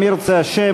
אם ירצה השם,